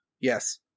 Yes